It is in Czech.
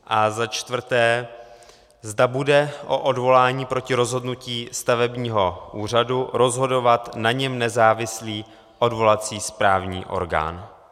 A za čtvrté, zda bude o odvolání proti rozhodnutí stavebního úřadu rozhodovat na něm nezávislý odvolací správní orgán.